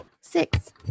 Six